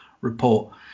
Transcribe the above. report